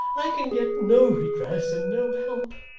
i can get no redress and no help.